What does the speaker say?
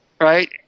right